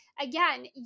again